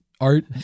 Art